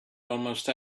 almost